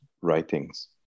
writings